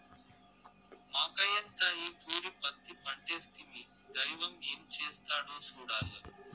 మాకయ్యంతా ఈ తూరి పత్తి పంటేస్తిమి, దైవం ఏం చేస్తాడో సూడాల్ల